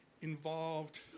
involved